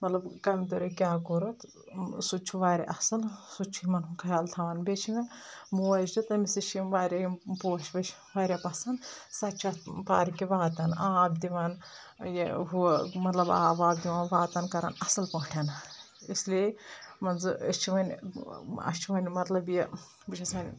مطلب کمہِ طریٖقہٕ کیٛاہ کوٚرتھ سُہ تہِ چھُ واریاہ اَصٕل سُہ تہِ چھُ یِمن ہُنٛد خیال تھاوان بییٚہِ چھِ مےٚ موج چھِ تٔمِس تہِ چھِ یِم واریاہ یِم پوش ووش واریاہ پسنٛد سۄ تہِ چھِ اتھ پارکہِ واتان آب دِوان یہِ ہُہ مطلب آب واب دِوان واتان کران اصل پٲٹھۍ اس لیے منٛزٕ أسۍ چھِ وۄنۍ اَسہِ چھِ وۄنۍ مطلب یہِ بہٕ چھَس وۄنۍ